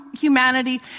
humanity